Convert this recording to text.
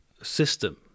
system